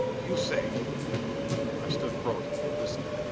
you say i stood frozen, listening.